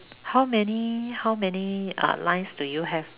how many how many uh lines do you have